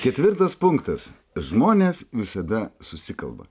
ketvirtas punktas žmonės visada susikalba